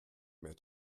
mehr